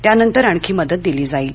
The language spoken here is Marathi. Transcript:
त्यानंतर आणखी मदत दिली जाईल